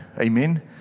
Amen